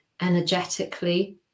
energetically